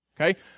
Okay